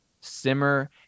simmer